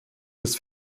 des